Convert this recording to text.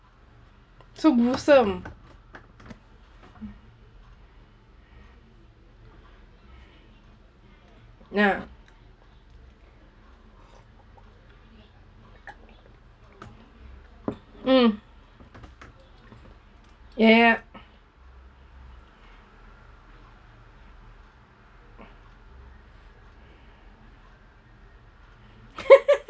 so mm yup